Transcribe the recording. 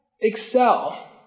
excel